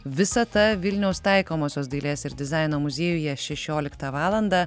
visata vilniaus taikomosios dailės ir dizaino muziejuje šešioliktą valandą